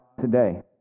today